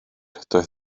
doedd